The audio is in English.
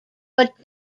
but